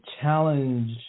challenge